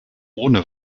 ohne